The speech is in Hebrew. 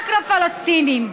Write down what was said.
רק לפלסטינים,